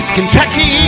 Kentucky